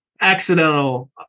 accidental